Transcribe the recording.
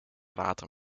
water